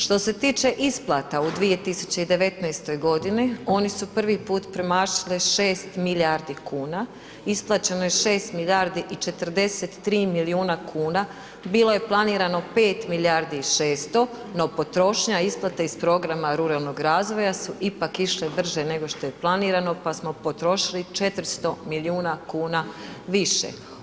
Što se tiče isplata u 2019. godini oni su prvi put premašili 6 milijardi kuna, isplaćeno je 6 milijardi i 43 milijuna kuna, bilo je planirano 5 milijardi i 600, no potrošnja isplate iz programa Ruralnog razvoja su ipak išli brže nego što je planirano pa smo potrošili 400 milijuna kuna više.